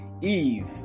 Eve